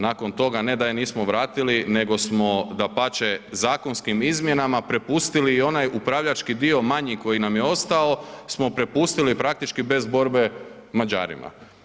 Nakon toga ne da je nismo vratili, nego smo dapače zakonskim izmjenama prepustili i onaj upravljački dio manji koji nam je ostao smo prepustili praktički bez borbe Mađarima.